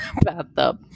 bathtub